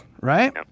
Right